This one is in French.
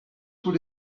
tous